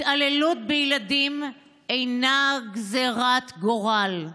התעללות בילדים אינה גזרת גורל,